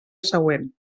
següent